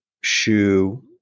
shoe